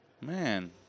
Man